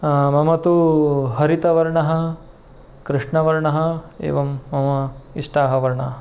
मम तु हरितवर्णः कृष्णवर्णः एवं मम इष्टाः वर्णाः